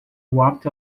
walked